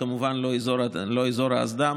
וכמובן לא אזור האסדה,